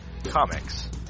Comics